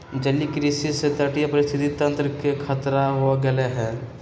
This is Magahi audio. जलीय कृषि से तटीय पारिस्थितिक तंत्र के खतरा हो गैले है